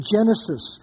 Genesis